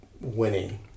winning